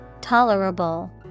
Tolerable